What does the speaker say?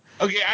Okay